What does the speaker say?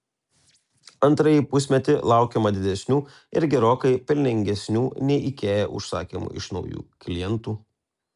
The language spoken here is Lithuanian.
antrąjį pusmetį laukiama didesnių ir gerokai pelningesnių nei ikea užsakymų iš naujų klientų